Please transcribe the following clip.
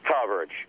coverage